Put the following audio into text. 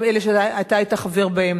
גם אלה שאתה היית חבר בהן,